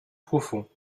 profonds